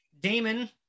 Damon